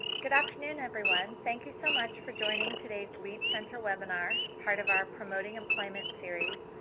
good afternoon, everyone, thank you so much for joining today's lead center webinar, part of our promoting employment series,